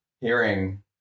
hearing